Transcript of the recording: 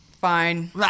Fine